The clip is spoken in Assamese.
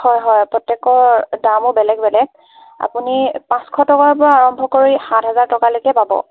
হয় হয় প্ৰত্যেকৰ দামো বেলেগ বেলেগ আপুনি পাঁচশ টকাৰ পৰা আৰম্ভ কৰি সাত হেজাৰ টকালৈকে পাব